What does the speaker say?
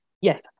Yes